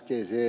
äskeiseen